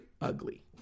ugly